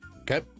Okay